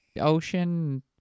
ocean